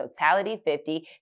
totality50